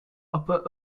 upper